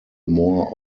more